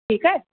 ठीकु आहे